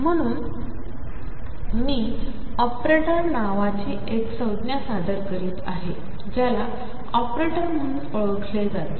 म्हणून मी ऑपरेटर नावाची एक संज्ञा सादर करीत आहे ज्याला ऑपरेटर म्हणून ओळखले जाते